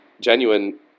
genuine